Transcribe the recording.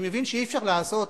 אני מבין שאי-אפשר לעשות